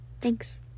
Thanks